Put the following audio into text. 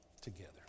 together